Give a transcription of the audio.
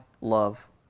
love